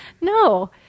no